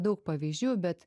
daug pavyzdžių bet